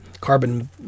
Carbon